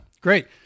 great